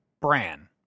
Bran